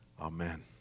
Amen